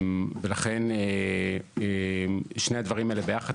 ולכן שני הדברים האלה ביחד,